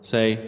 Say